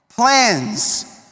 Plans